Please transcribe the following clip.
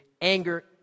anger